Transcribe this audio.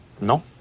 No